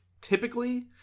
Typically